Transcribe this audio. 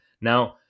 Now